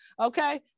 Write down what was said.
okay